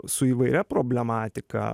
su įvairia problematika